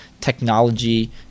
technology